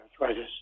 arthritis